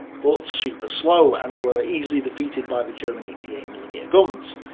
but super slow, and were easily defeated by the german eighty eight mm and um yeah guns.